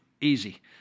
Easy